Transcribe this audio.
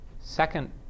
second